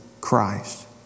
Christ